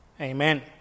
Amen